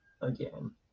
again